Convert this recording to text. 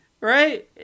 Right